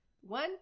One